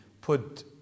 put